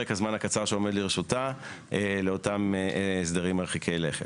הזמן הקצר שעומד לרשותה לאותם הסדרים מרחיקי לכת.